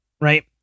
right